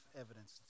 evidence